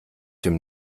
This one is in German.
dem